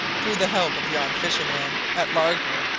through the help of yon fisherman at largo,